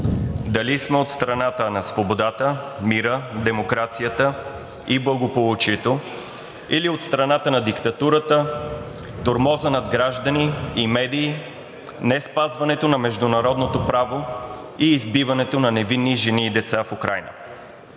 дали сме от страната на свободата, мира, демокрацията и благополучието или от страната на диктатурата, тормоза над граждани и медии, неспазването на международното право и избиването на невинни жени и деца в Украйна.